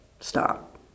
stop